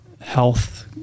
health